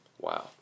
Wow